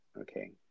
Okay